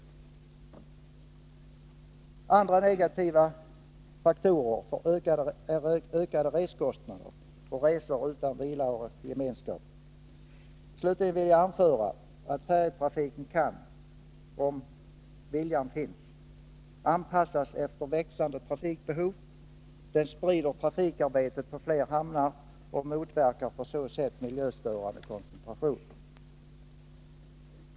Andra negativa faktorer är ökade reskostnader och resor utan vila och gemenskap. Slutligen vill jag anföra att färjetrafiken — om viljan finns — kan Nr 46 anpassas efter växande trafikbehov. Den sprider trafikarbetet på flera hamnar och motverkar på så sätt miljöstörande koncentration.